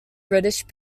british